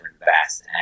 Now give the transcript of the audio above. invest